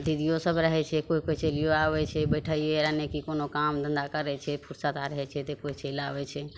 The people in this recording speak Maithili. दीदियो सभ रहै छै कोइ कोइ चैलियो आबै छै बैठाइए एने कि कोनो काम धन्धा करै छै फुरसत आर होइ छै तऽ कोइ चलि आबै छै